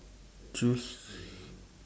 choose